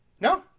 No